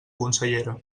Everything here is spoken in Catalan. consellera